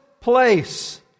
place